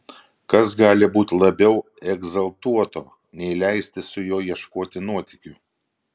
kas gali būti labiau egzaltuoto nei leistis su juo ieškoti nuotykių